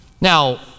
Now